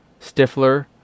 Stifler